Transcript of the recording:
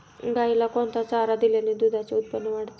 गाईला कोणता चारा दिल्याने दुधाचे उत्पन्न वाढते?